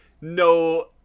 no